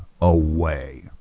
away